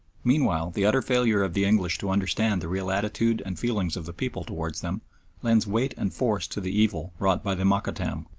meanwhile the utter failure of the english to understand the real attitude and feelings of the people towards them lends weight and force to the evil wrought by the mokattam.